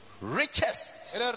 richest